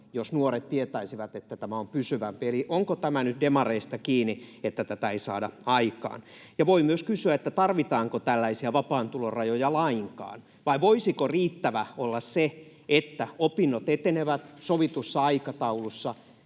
jos nuoret tietäisivät, että tämä on pysyvämpi. Eli onko tämä nyt demareista kiinni, että tätä ei saada aikaan? Voi myös kysyä, tarvitaanko tällaisia vapaan tulon rajoja lainkaan vai voisiko riittävää olla se, että opinnot etenevät sovitussa aikataulussa